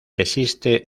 existe